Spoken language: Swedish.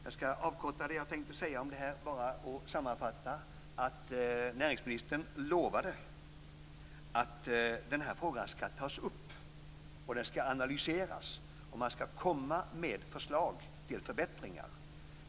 Jag ska avkorta det jag tänkte säga om detta och sammanfatta det med att säga att näringsministern lovade att denna fråga ska tas upp. Den ska analyseras, och man ska komma med förslag till förbättringar.